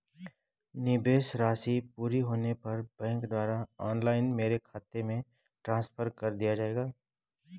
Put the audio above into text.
निवेश राशि पूरी होने पर बैंक द्वारा ऑनलाइन मेरे खाते में ट्रांसफर कर दिया जाएगा?